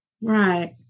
Right